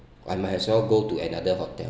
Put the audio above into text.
I might as well go to another hotel